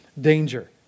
danger